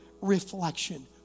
reflection